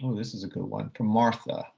this is a good one from martha.